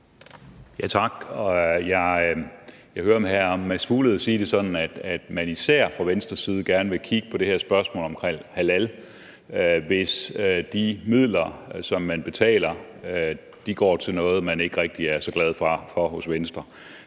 Tak. Jeg hørte hr. Mads Fuglede sige det sådan, at man fra Venstres side især vil kigge på det her spørgsmål omkring halal, hvis de midler, som man betaler, går til noget, man ikke rigtig er så glad for hos Venstre.